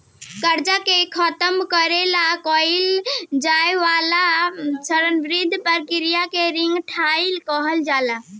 कर्जा के खतम करे ला कइल जाए वाला चरणबद्ध प्रक्रिया के रिंग डाइट कहल जाला